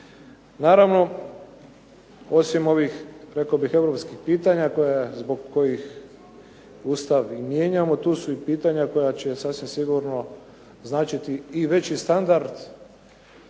Naravno osim ovih rekao bih europskih pitanja, koja zbog kojih Ustav i mijenjamo, tu su i pitanja koja će sasvim sigurno značiti i veći standard